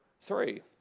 three